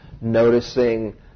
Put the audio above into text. noticing